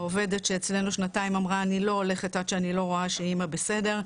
העובדת שאצלנו שנתיים אמרה אני לא הולכת עד שאני לא רואה שאימא בסדר,